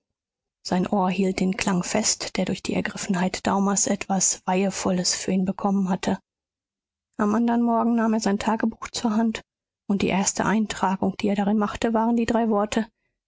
sein ohr hielt den klang fest der durch die ergriffenheit daumers etwas weihevolles für ihn bekommen hatte am andern morgen nahm er sein tagebuch zur hand und die erste eintragung die er darin machte waren die drei worte